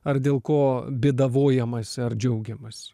ar dėl ko bėdavojamasi ar džiaugiamasi